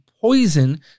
poison